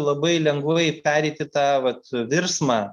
labai lengvai pereiti tą vat virsmą